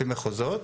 לפי מחוזות,